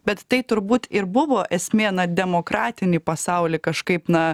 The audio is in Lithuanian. bet tai turbūt ir buvo esmė na demokratinį pasaulį kažkaip na